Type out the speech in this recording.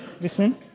listen